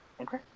Okay